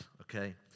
Okay